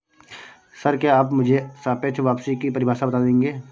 Sir, क्या आप मुझे सापेक्ष वापसी की परिभाषा बता देंगे?